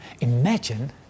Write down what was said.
Imagine